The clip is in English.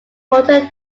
water